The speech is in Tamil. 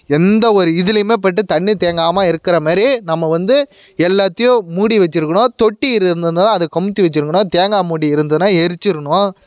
எந்த ஒரு இதுலேயுமே போயிட்டு தண்ணி தேங்காமல் இருக்கிற மாதிரி நம்ம வந்து எல்லாத்தையும் மூடி வச்சுருக்கணும் தொட்டி இருந்ததுனால் அதை கவித்தி வச்சுருக்கணும் தேங்காய் மூடி இருந்ததுனா எரிச்சிடணும்